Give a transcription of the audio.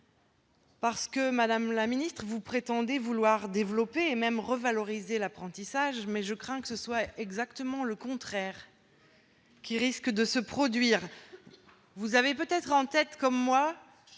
prétendez, madame la ministre, vouloir développer et même revaloriser l'apprentissage, mais je crains que ce ne soit exactement le contraire qui se produise. Vous avez peut-être en tête, comme moi,